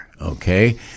okay